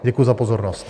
Děkuji za pozornost.